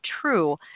true